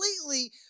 completely